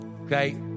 Okay